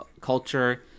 Culture